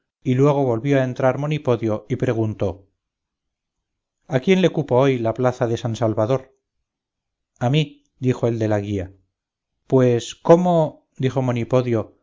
y luego volvió a entrar monipodio y preguntó a quién le cupo hoy la plaza de san salvador a mí dijo el de la guía pues cómo dijo